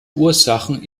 ursachen